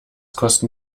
kosten